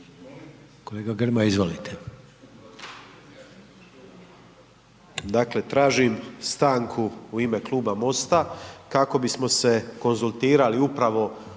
Kolega Grmoja, izvolite.